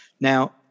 Now